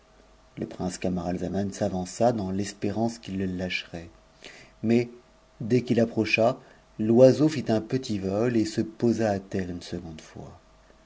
le prince camaralzaman s'avança dans espérance qu'il le lâcherait mais dès qu'il approcha l'oiseau fit un petit vol et se posa à terre une seconde fois